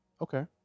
Okay